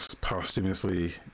posthumously